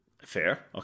Fair